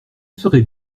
serait